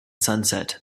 sunset